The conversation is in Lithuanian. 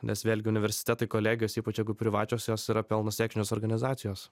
nes vėlgi universitetai kolegijos ypač jeigu privačios jos yra pelno siekiančios organizacijos